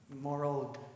moral